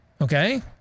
Okay